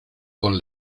con